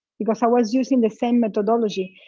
because i was using the same methodology.